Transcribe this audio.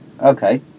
Okay